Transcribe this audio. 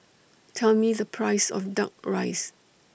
Tell Me The Price of Duck Rice